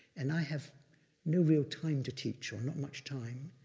and i have no real time to teach, or not much time,